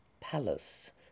palace